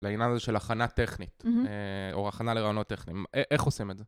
לעניין הזה של הכנה טכנית, או הכנה לרעיונות טכניים, איך עושים את זה?